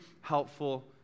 helpful